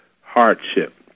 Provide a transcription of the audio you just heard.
hardship